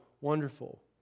wonderful